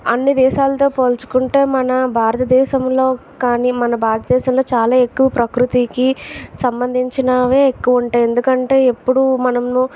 అన్ని దేశాలతో పోల్చుకుంటే మన భారతదేశంలో కానీ మన భారతదేశంలో చాలా ఎక్కువ ప్రకృతికి సంబంధించినవే ఎక్కువ ఉంటాయి ఎందుకంటే ఎప్పుడూ మనము